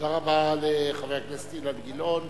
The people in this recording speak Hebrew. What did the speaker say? תודה רבה לחבר הכנסת אילן גילאון.